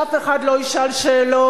שאף אחד לא ישאל שאלות.